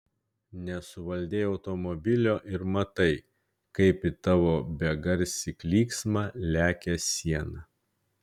nesuvaldei automobilio ir matai kaip į tavo begarsį klyksmą lekia siena